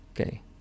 Okay